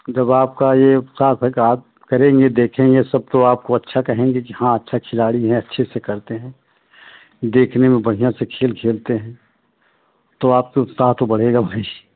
जब आपका यह सा पचास करेंगे देखेंगे सब तो आपको अच्छा कहेंगे कि हाँ अच्छे खिलाड़ी हैं अच्छे से करते हैं देखने में बढ़िया से खेल खेलते हैं तो आपका उत्साह तो बढ़ेगा भाई